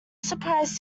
surprised